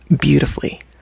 beautifully